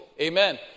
amen